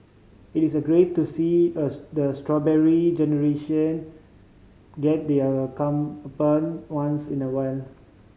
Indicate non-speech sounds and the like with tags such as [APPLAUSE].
it is a great to see a the Strawberry Generation get their [UNINTELLIGIBLE] once in a while